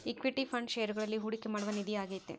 equity fund ಷೇರುಗಳಲ್ಲಿ ಹೂಡಿಕೆ ಮಾಡುವ ನಿಧಿ ಆಗೈತೆ